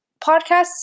podcasts